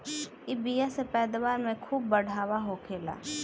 इ बिया से पैदावार में खूब बढ़ावा होखेला